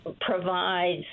provides